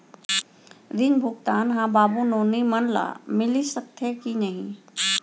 ऋण भुगतान ह बाबू नोनी मन ला मिलिस सकथे की नहीं?